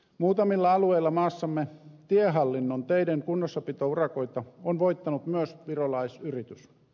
muutamilla alueilla maassamme tiehallinnon teiden kunnossapitourakoita on voittanut myös virolaisyritys